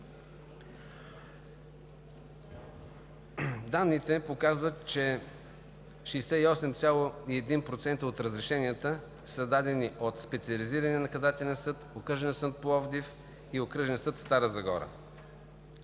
Данните показват, че 68,1% от разрешенията са дадени от Специализирания наказателен съд, Окръжен съд – Пловдив, и Окръжен съд – Стара Загора.